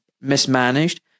mismanaged